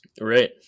Right